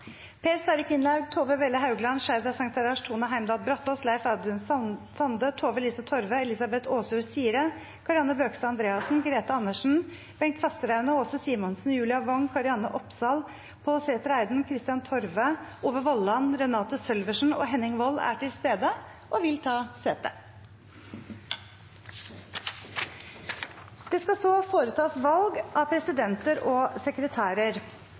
Per Sverre Kvinlaug, Tove Welle Haugland, Sheida Sangtarash, Tone Heimdal Brataas, Leif Audun Sande, Tove-Lise Torve, Elizabeth Åsjord Sire, Kari Anne Bøkestad Andreassen, Grethe Andersen, Bengt Fasteraune, Aase Simonsen, Julia Wong, Kari-Anne Opsal, Pål Sæther Eiden, Kristian Torve, Ove Vollan, Renate Sølversen og Henning Wold er til stede og vil ta sete. Det skal så foretas valg av presidenter og sekretærer.